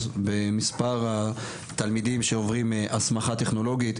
במספר התלמידים שעוברים הסמכה טכנולוגית.